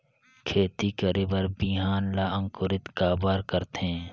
खेती करे बर बिहान ला अंकुरित काबर करथे?